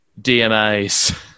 DMAs